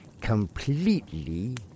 completely